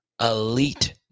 elite